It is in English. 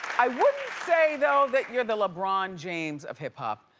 i wouldn't say though that you're the lebron james of hip hop,